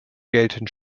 gelten